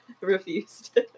Refused